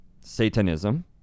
Satanism